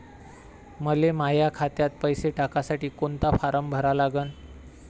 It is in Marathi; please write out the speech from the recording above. मले माह्या खात्यात पैसे टाकासाठी कोंता फारम भरा लागन?